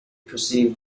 perceived